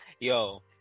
Yo